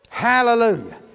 Hallelujah